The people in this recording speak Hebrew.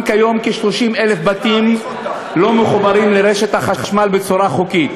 כיום כ-30,000 בתים לא מחוברים לרשת החשמל בצורה חוקית.